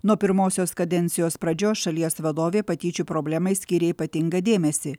nuo pirmosios kadencijos pradžios šalies vadovė patyčių problemai skyrė ypatingą dėmesį